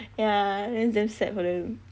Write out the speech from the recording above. yah then damn sad for them